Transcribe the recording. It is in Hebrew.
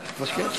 אני מבקש.